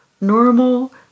Normal